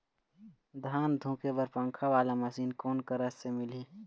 धान धुके बर पंखा वाला मशीन कोन करा से मिलही?